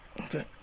okay